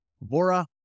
Bora